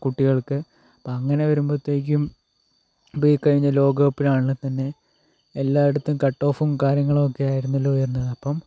കുട്ടികൾക്ക് അപ്പോൾ അങ്ങനെ വരുമ്പോഴത്തേയ്ക്കും പ ഈ കഴിഞ്ഞ ലോക കപ്പിലാണെൽ തന്നെ എല്ലായിടത്തും കട്ട് ഓഫും കാര്യങ്ങളും ഒക്കെ ആയിരുന്നല്ലോ എന്ന് അപ്പം